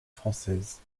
françaises